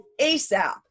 asap